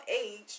age